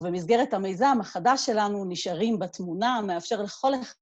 במסגרת המיזם החדש שלנו "נשארים בתמונה" מאפשרים לכל אנחנו...